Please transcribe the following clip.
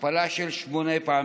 הכפלה פי שמונה,